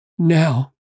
Now